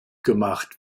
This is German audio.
gemacht